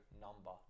number